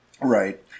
Right